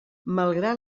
malgrat